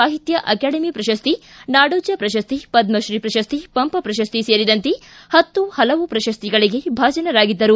ಸಾಹಿತ್ಯ ಅಕಾಡೆಮಿ ಪ್ರಶಸ್ತಿ ನಾಡೋಜ ಪ್ರಶಸ್ತಿ ಪದ್ಧತ್ರೀ ಪ್ರಶಸ್ತಿ ಪಂಪ ಪ್ರಶಸ್ತಿ ಸೇರಿದಂತೆ ಹತ್ತು ಪಲವು ಪ್ರಶಸ್ತಿಗಳಿಗೆ ಭಾಜನರಾಗಿದ್ದರು